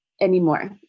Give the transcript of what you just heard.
anymore